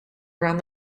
around